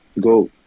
go